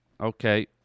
okay